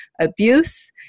abuse